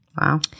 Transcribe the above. Wow